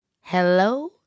Hello